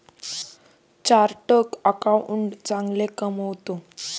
chartered accountant चांगले कमावतो